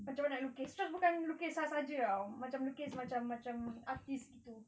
macam mana nak lukis just bukan lukis saja-saja [tau] macam lukis macam macam artist gitu